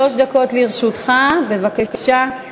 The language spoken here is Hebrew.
שלוש דקות לרשותך, בבקשה.